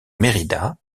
merida